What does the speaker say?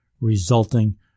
resulting